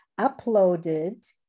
uploaded